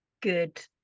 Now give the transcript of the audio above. good